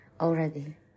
already